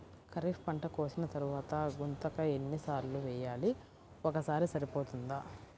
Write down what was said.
ఖరీఫ్ పంట కోసిన తరువాత గుంతక ఎన్ని సార్లు వేయాలి? ఒక్కసారి సరిపోతుందా?